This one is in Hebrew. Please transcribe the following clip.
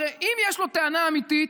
הרי אם יש לו טענה אמיתית,